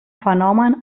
fenomen